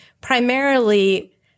primarily